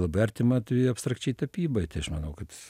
labai artima tai abstrakčiai tapybai aš manau kad